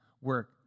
work